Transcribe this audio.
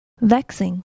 Vexing